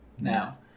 Now